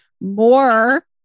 more